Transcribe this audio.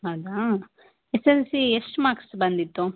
ಹೌದಾ S S L C ಎಷ್ಟು marks ಬಂದಿತ್ತು